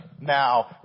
now